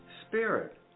Spirit